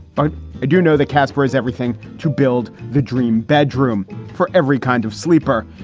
but i do know that casper has everything to build the dream bedroom for every kind of sleeper.